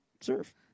serve